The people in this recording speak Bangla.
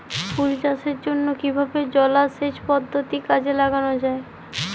ফুল চাষের জন্য কিভাবে জলাসেচ পদ্ধতি কাজে লাগানো যাই?